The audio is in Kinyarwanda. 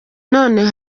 none